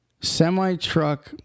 semi-truck